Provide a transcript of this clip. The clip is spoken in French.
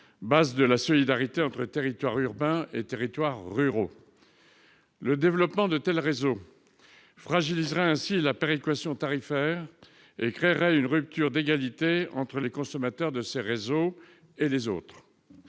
base de la solidarité entre territoires urbains et ruraux. Le développement de tels réseaux fragiliserait ainsi la péréquation tarifaire et créerait une rupture d'égalité entre les consommateurs reliés à ces réseaux et les autres.